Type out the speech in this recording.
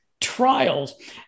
trials